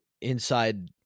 inside